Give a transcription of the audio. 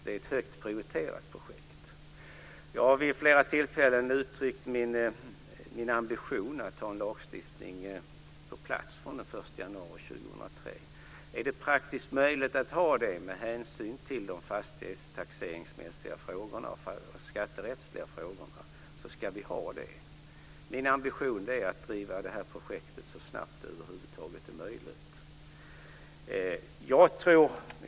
Det är ett högt prioriterat projekt. Jag har vid flera tillfällen uttryckt min ambition att vi ska ha en lagstiftning på plats den 1 januari 2003. Om det är praktiskt möjligt med hänsyn till de fastighetstaxeringsmässiga och skatterättsliga frågorna så ska vi ha det. Min ambition är att driva det här projektet så snabbt som det över huvud taget är möjligt.